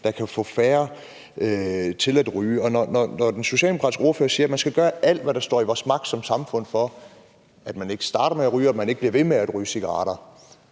der kan få færre til at ryge. Når den socialdemokratiske ordfører siger, at der skal gøres alt, hvad der står i samfundets magt for, at man ikke starter med at ryge, og at man ikke bliver ved med at ryge cigaretter,